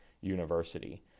university